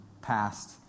passed